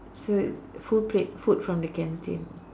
so full plate food from the canteen